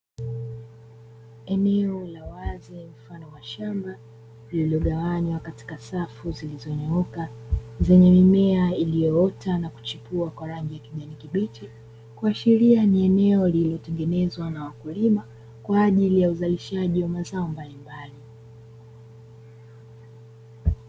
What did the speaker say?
Eneo la wazi mfano wa shamba lililogawanywa katika safu zilizonyooka zenye mimea iliyoota na kuchipua kwa rangi ya kijani kibichi, kuashiria ni eneo lililotengenezwa na wakulima kwa ajili ya uzalishaji wa mazao mbalimbali.